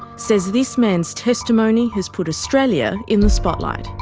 says this man's testimony has put australia in the spotlight.